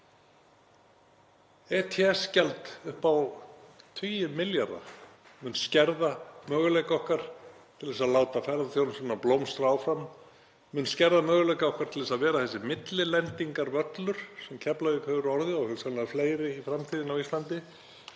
ETS-gjald upp á tugi milljarða mun skerða möguleika okkar til að láta ferðaþjónustuna blómstra áfram, mun skerða möguleika okkar til að vera þessi millilendingarvöllur sem Keflavík hefur orðið og hugsanlega fleiri í framtíðinni á Íslandi,